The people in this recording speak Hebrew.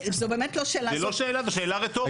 זו שאלה רטורית.